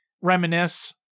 Reminisce